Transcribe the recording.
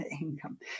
income